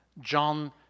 John